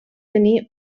tenir